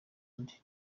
nde